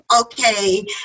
okay